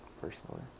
personally